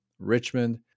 richmond